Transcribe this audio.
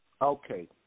Okay